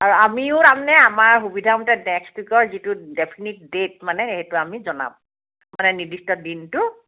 আৰু আমিও তাৰমানে আমাৰ সুবিধামতে নেক্সট উইকৰ যিটো ডেফিনিট ডেট মানে সেইটো আমি জনাম মানে নিৰ্দিষ্ট দিনটো